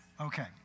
Okay